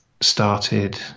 started